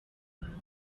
abantu